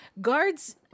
guards